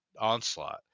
Onslaught